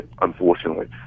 Unfortunately